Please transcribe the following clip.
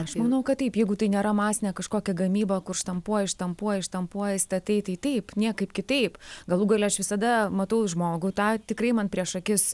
aš manau kad taip jeigu tai nėra masinė kažkokia gamyba kur štampuoji štampuoji štampuoji įstatai tai taip niekaip kitaip galų gale aš visada matau i žmogų tą tikrai man prieš akis